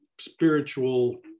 spiritual